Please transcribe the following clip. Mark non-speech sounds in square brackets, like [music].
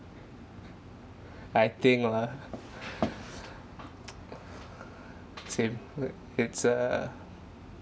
I think lah [noise] same err it's a